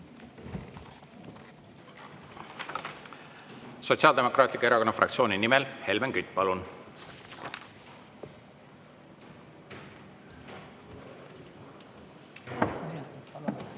Sotsiaaldemokraatliku Erakonna fraktsiooni nimel Helmen Kütt, palun!